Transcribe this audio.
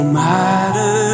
matter